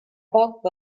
pop